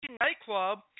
nightclub